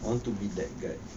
I want to be that guy